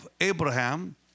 Abraham